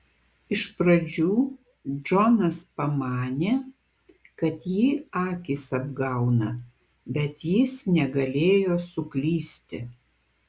iš pradžių džonas pamanė kad jį akys apgauna bet jis negalėjo suklysti